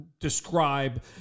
describe